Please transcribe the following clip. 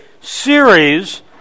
series